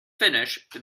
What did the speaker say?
finish